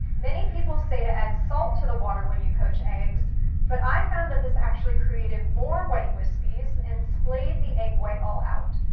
many people say to add salt to the water when you poach eggs but i found that this actually created more white wispies and splayed the egg white all out,